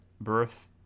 birth